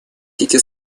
дети